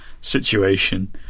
situation